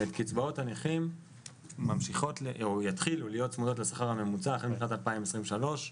קצבאות הנכים יתחילו להיות צמודות לשכר הממוצע החל משנת 2023,